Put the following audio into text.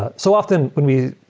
ah so often, we